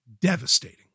devastating